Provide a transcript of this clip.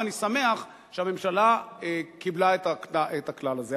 ואני שמח שהממשלה קיבלה את הכלל הזה.